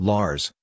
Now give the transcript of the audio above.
Lars